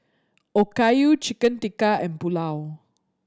Okayu Chicken Tikka and Pulao